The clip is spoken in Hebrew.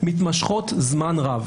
מתמשכות זמן רב.